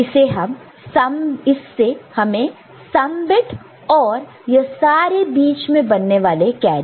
इससे हमें some bit मिलेगा और यह सारे बीच में बनने वाले कैरी